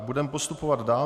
Budeme postupovat dál.